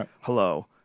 Hello